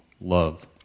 love